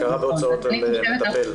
הכרה בהוצאות על מטפל או מטפלת.